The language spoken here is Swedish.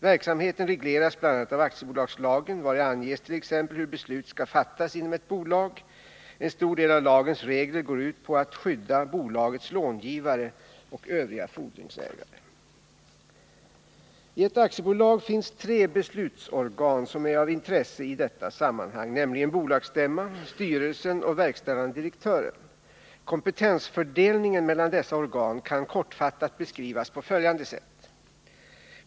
Verksamheten regleras bl.a. av aktiebolagslagen vari anges t.ex. hur beslut skall fattas inom ett bolag. En stor del av lagens regler går ut på att skydda bolagets långivare och övriga fordringsägare. I ett aktiebolag finns tre beslutsorgan som är av intresse i detta sammanhang, nämligen bolagsstämman, styrelsen och verkställande direktören. Kompetensfördelningen mellan dessa organ kan kortfattat beskrivas på följande sätt.